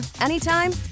anytime